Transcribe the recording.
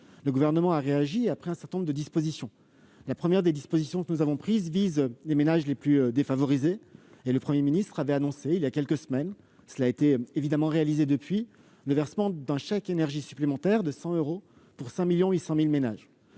Le Gouvernement a réagi en prenant un certain nombre de dispositions. La première vise les ménages les plus défavorisés. Le Premier ministre avait annoncé il y a quelques semaines-cela a évidemment été réalisé depuis -le versement d'un chèque énergie supplémentaire de 100 euros à 5,8 millions de ménages.